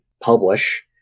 publish